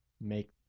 make